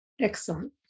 Excellent